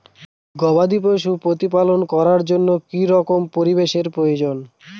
গবাদী পশু প্রতিপালন করার জন্য কি রকম পরিবেশের প্রয়োজন?